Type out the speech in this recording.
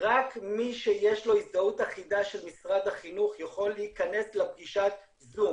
רק מי שיש לו הזדהות אחידה של משרד החינוך יכול להכנס לפגישת זום